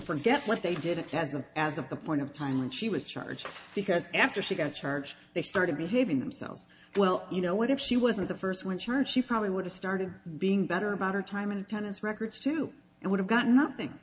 forget what they did it hasn't as of the point of time when she was charged because after she got church they started behaving themselves well you know what if she wasn't the first one church she probably would have started being better about her time in attendance records too and would have got nothing